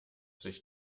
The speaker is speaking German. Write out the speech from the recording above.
sich